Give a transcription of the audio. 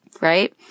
right